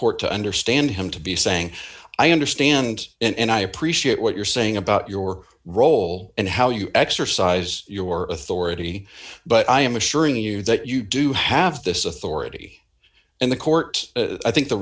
court to understand him to be saying i understand and i appreciate what you're saying about your role and how you exercise your authority but i am assuring you that you do have this authority and the court i think the